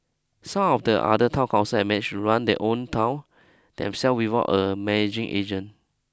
some of the other town council have managed to run their towns themselves without a managing agent